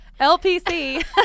LPC